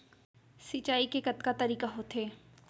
सिंचाई के कतका तरीक़ा होथे?